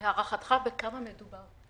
להערכתך, בכמה מדובר?